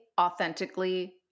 authentically